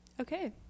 Okay